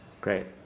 Great